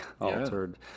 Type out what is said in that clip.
altered